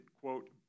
quote